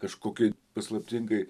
kažkokiai paslaptingai